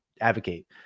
advocate